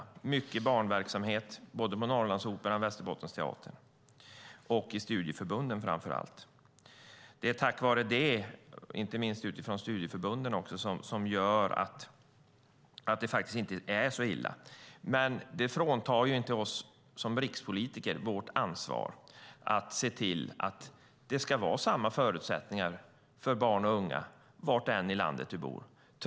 Det är mycket barnverksamhet på både Norrlandsoperan och Västerbottensteatern och framför allt i studieförbunden. Det är tack vare studieförbunden som det inte är så illa. Men det här fråntar inte oss rikspolitiker vårt ansvar att se till att det ska vara samma förutsättningar för barn och unga var de än i landet bor.